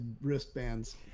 wristbands